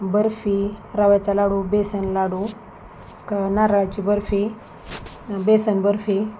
बर्फी रव्याचा लाडू बेसन लाडू क नारळाची बर्फी बेसन बर्फी